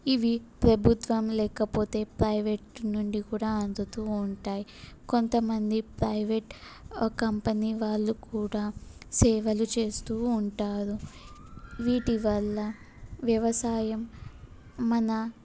ఇవి ప్రభుత్వం లేకపోతే ప్రైవేట్ నుండి కూడా అందుతు ఉంటాయి కొంత మంది ప్రైవేట్ కంపెనీ వాళ్ళు కూడా సేవలు చేస్తు ఉంటారు వీటి వల్ల వ్యవసాయం మన